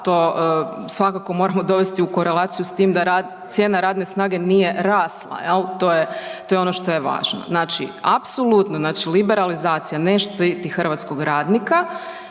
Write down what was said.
to svakako moramo dovesti u korelaciju s tim da cijena radne snage nije rasla, jel', to je ono što je važno. Znači apsolutno, znači liberalizacija ne štiti hrvatskog radnika,